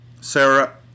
Sarah